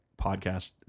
podcast